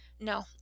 no